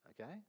Okay